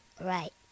Right